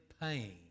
pain